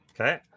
okay